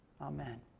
Amen